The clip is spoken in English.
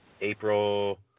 April